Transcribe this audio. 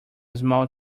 small